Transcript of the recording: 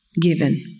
Given